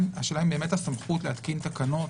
השאלה אם הסמכות להתקין תקנות,